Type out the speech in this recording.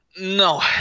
No